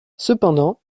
cependant